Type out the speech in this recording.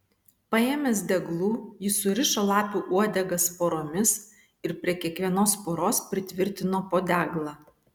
paėmęs deglų jis surišo lapių uodegas poromis ir prie kiekvienos poros pritvirtino po deglą